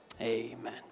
amen